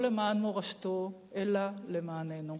לא למען מורשתו, אלא למעננו.